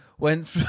Went